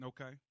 Okay